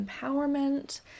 empowerment